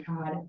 God